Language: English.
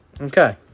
Okay